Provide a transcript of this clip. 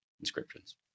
inscriptions